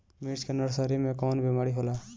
मिर्च के नर्सरी मे कवन बीमारी होला?